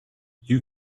you